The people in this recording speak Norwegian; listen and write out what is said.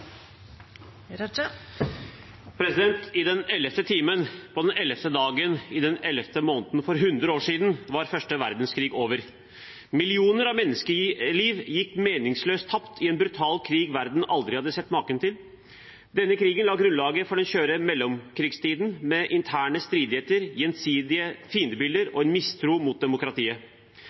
I den ellevte timen på den ellevte dagen i den ellevte måneden for 100 år siden var første verdenskrig over. Millioner av menneskeliv gikk meningsløst tapt i en brutal krig verden aldri hadde sett maken til. Denne krigen la grunnlaget for den skjøre mellomkrigstiden med interne stridigheter, gjensidige fiendebilder og en mistro mot demokratiet.